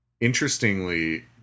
Interestingly